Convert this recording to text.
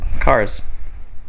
Cars